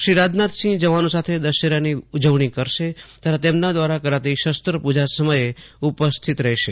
શ્રી રાજનાથસિંહ જવાનો સાથે દશેરાની ઉજવણી કરશે તથા તેમના દ્વારા કરાતી શસ્ત્રપૂજા સમયે ઉપસ્થિત રહેશે